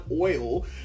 oil